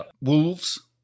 wolves